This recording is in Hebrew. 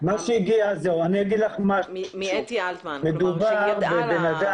זה מאתי אלטמן, היא ידעה על ה